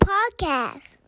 Podcast